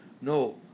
No